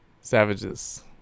Savages